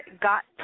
got